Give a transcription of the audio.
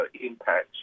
impacts